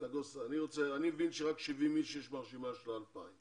אני מבין שיש רק 70 אנשים ברשימה של ה-2,000.